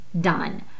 done